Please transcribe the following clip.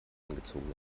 angezogene